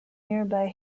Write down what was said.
nearby